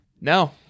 No